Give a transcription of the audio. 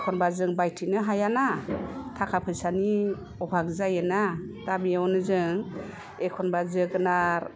एखनबा जों बायथिंनो हायाना थाखा फैसानि अभाब जायो ना दा बेयावनो जों एखनबा जोगोनार